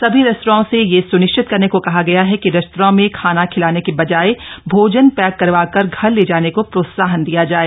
सभी रेस्तराओं से यह सुनिश्चित करने को कहा गया है कि रेस्तरां में खाना खिलाने के बजाय भोजन पैक करवाकर घर ले जाने को प्रोत्साहन दिया जाए